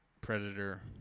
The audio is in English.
Predator